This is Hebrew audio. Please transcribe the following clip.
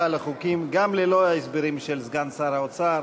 על החוקים גם ללא ההסברים של סגן שר האוצר